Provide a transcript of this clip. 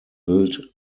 built